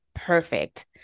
perfect